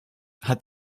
hat